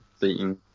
beating